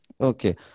Okay